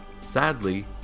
Sadly